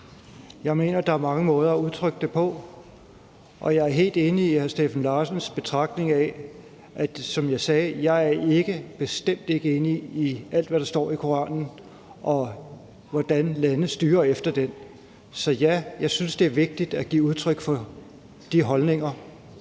Jeg mener, der er mange måder at udtrykke det på, og jeg er helt enig i hr. Steffen Larsens betragtning. Som jeg sagde, er jeg bestemt ikke enig i alt, hvad der står i Koranen, og hvordan landene styrer efter den. Så ja, jeg synes, det er vigtigt at give udtryk for de holdninger,